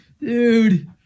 Dude